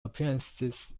appearances